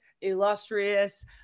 illustrious